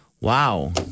Wow